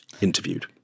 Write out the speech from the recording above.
interviewed